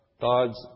God's